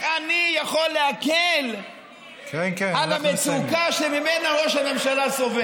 אני יכול להקל על המצוקה שממנה ראש הממשלה סובל?